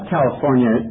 California